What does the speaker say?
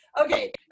Okay